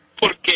porque